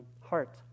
heart